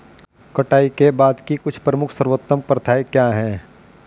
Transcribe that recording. कटाई के बाद की कुछ प्रमुख सर्वोत्तम प्रथाएं क्या हैं?